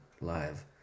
live